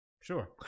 Sure